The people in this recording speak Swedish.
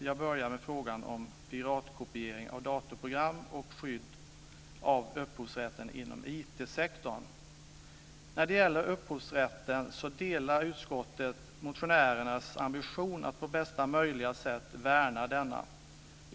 Jag börjar med frågan om piratkopiering av datorprogram och skydd av upphovsrätten inom IT-sektorn. När det gäller upphovsrätten delar utskottet motionärernas ambition att på bästa möjliga sätt värna denna.